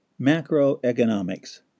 macroeconomics